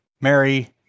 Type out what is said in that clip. Mary